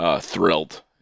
thrilled